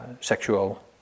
sexual